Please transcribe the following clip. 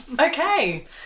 Okay